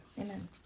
Amen